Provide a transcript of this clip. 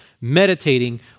meditating